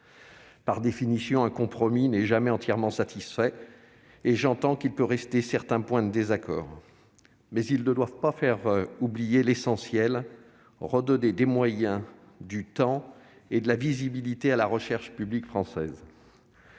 Par définition, un compromis n'est jamais entièrement satisfaisant et j'entends qu'il peut rester certains points de désaccord. Ceux-ci ne doivent pas faire oublier l'essentiel, à savoir redonner des moyens, du temps et de la visibilité à la recherche publique française.